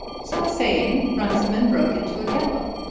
so saying, runciman broke into a gallop,